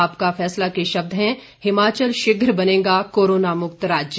आपका फैसला के शब्द हैं हिमाचल शीघ्र बनेगा कोरोना मुक्त राज्य